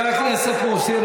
זה אומר אפס חרדים.